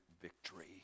victory